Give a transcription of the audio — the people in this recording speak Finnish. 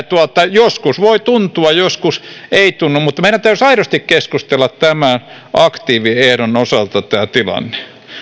joskus voi tuntua joskus ei tunnu mutta meidän täytyisi aidosti keskustella tämä tilanne aktiiviehdon osalta